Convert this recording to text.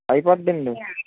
అయిపోద్దండి